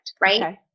right